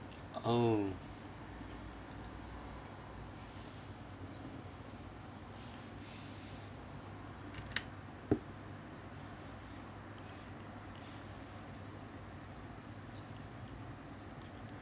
oh